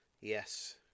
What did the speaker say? Yes